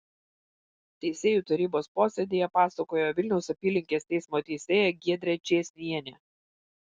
teisėjų tarybos posėdyje pasakojo vilniaus apylinkės teismo teisėja giedrė čėsnienė